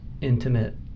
intimate